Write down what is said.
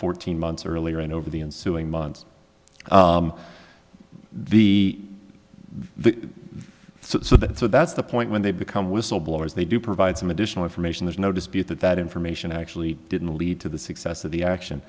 fourteen months earlier and over the ensuing months the the so that's the point when they become whistleblowers they do provide some additional information there's no dispute that that information actually didn't lead to the success of the action